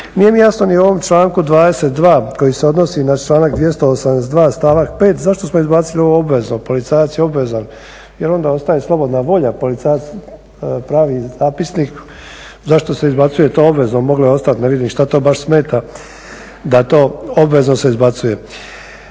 Nije mi jasno ni u ovom članku 22. koji se odnosi na članak 282. stavak 5. zašto smo izbacili ovo obvezno. Policajac je obvezan, jer onda ostaje slobodna volja. Policajac pravi zapisnik zašto se izbacuje to obvezno. Moglo je ostat, ne vidim šta to baš smeta da to obvezno se izbacuje.